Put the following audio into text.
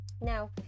Now